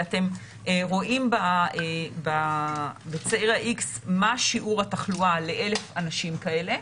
ואתם רואים בציר ה-X מה שיעור התחלואה ל-1,000 אנשים כאלה,